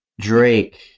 Drake